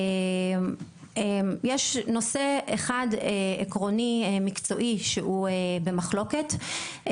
יש נושא אחד עקרוני מקצועי שהוא במחלוקת,